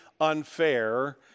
unfair